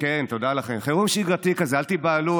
חירום שגרתי כזה, אל תיבהלו.